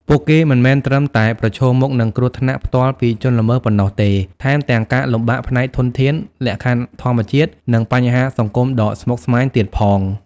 ពួកគេមិនមែនត្រឹមតែប្រឈមមុខនឹងគ្រោះថ្នាក់ផ្ទាល់ពីជនល្មើសប៉ុណ្ណោះទេ ថែមទាំងការលំបាកផ្នែកធនធាន លក្ខខណ្ឌធម្មជាតិ និងបញ្ហាសង្គមដ៏ស្មុគស្មាញទៀតផង។